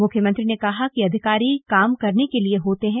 मुख्यमंत्री ने कहा है कि अधिकारी काम करने के लिए होते हैं